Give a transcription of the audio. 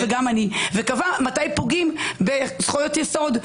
וקבע מתי פוגעים בזכויות יסוד.